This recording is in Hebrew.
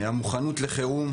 והמוכנות לחירום,